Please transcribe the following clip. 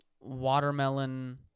Watermelon